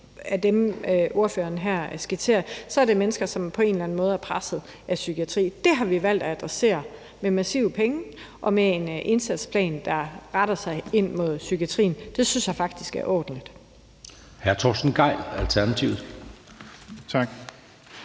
som dem, ordføreren her skitserer, er det mennesker, som på en eller anden måde er presset af psykiatri. Det har vi valgt at adressere med massive penge og med en indsatsplan, der retter sig ind mod psykiatrien. Det synes jeg faktisk er ordentligt.